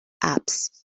apse